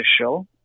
show